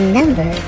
Number